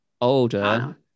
older